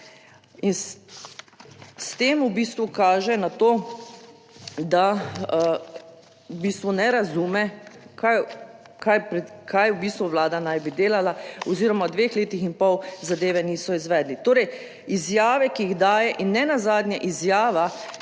in s tem v bistvu kaže na to, da v bistvu ne razume, kaj v bistvu vlada naj bi delala oziroma v dveh letih in pol zadeve niso izvedli. Torej, izjave, ki jih daje in nenazadnje izjava,